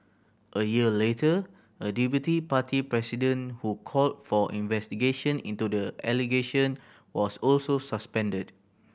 a year later a deputy party president who called for investigation into the allegation was also suspended